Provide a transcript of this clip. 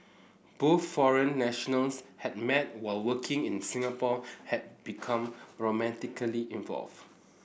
both foreign nationals had met while working in Singapore and become romantically involved